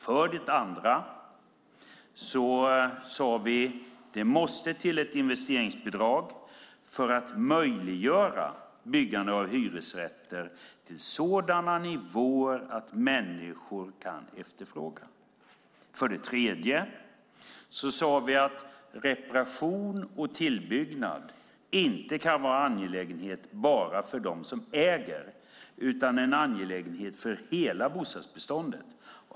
För det andra: Det måste till ett investeringsbidrag för att möjliggöra byggande av hyresrätter med hyror på sådana nivåer att människor kan efterfråga dem. För det tredje: Reparation och tillbyggnad kan inte vara en angelägenhet bara för dem som äger utan en angelägenhet för hela bostadsbeståndet.